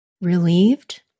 relieved